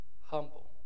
humble